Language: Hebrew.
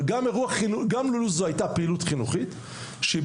אבל גם אירוע גם לו זו הייתה פעילות חינוכית שהיא